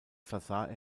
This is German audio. versah